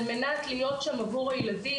על מנת להיות שם עבור הילדים,